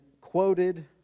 quoted